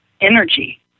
energy